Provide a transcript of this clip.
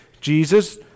Jesus